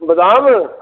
बदाम